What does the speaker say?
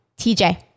TJ